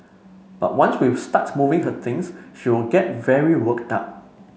but once we start moving her things she will get very work down